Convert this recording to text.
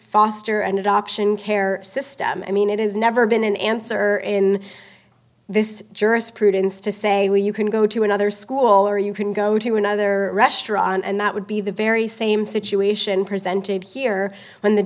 foster and adoption care system i mean it is never been an answer in this jurisprudence to say well you can go to another school or you can go to another restaurant and that would be the very same situation presented here when the